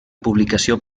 publicació